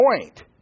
point